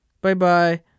Bye-bye